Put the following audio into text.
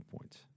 points